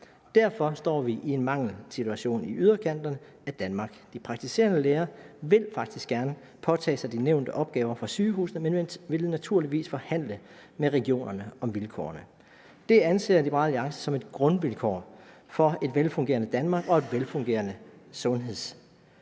Derfor står vi i en mangelsituation i yderområderne af Danmark. De praktiserende læger vil faktisk gerne påtage sig de nævnte opgaver fra sygehusene, men vil naturligvis forhandle med regionerne om vilkårene. Det anser Liberal Alliance for at være et grundvilkår for et velfungerende Danmark og et velfungerende sundhedsvæsen,